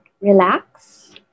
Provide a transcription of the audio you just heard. relax